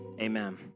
amen